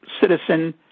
citizen